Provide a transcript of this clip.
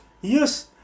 Yes